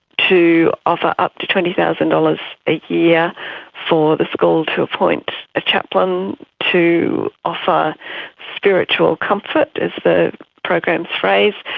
to offer up to twenty thousand dollars a year yeah for the school to appoint a chaplain to offer spiritual comfort is the program's phrase,